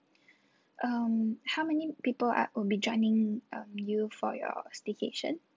um how many people are will be joining uh you for your staycation